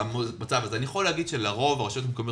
יכול להגיד שלרוב הרשויות המקומיות